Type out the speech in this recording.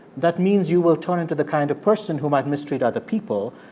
that means you will turn into the kind of person who might mistreat other people.